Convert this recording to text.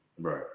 Right